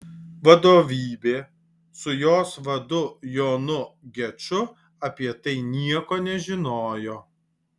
vadovybė su jos vadu jonu geču apie tai nieko nežinojo